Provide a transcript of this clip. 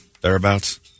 thereabouts